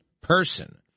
Person